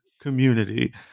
community